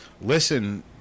listen